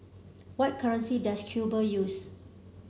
what currency does Cuba use